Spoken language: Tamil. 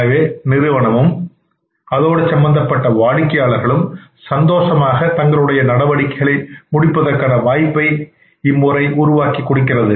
எனவே நிறுவனமும் அதோடு சம்பந்தப்பட்ட வாடிக்கையாளர்களும் சந்தோஷமாக தங்களுடைய நடவடிக்கைகளை முடிப்பதற்கானவாய்ப்பை உருவாக்கிக் கொடுக்கின்றது